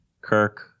Kirk